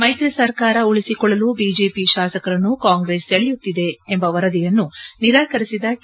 ಮೈತ್ರಿ ಸರ್ಕಾರ ಉಳಿಸಿಕೊಳ್ಳಲು ಬಿಜೆಪಿ ಶಾಸಕರನ್ನು ಕಾಂಗ್ರೆಸ್ ಸೆಳೆಯುತ್ತಿದೆ ಎಂಬ ವರದಿಗಳನ್ನು ನಿರಾಕರಿಸಿದ ಕೆ